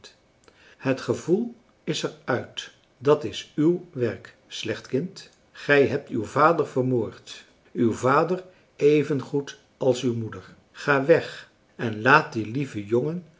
het gevoel is er uit dat is w werk slecht kind gij hebt uw vader vermoord uw vader evengoed als uw moeder ga weg en laat die lieve jongen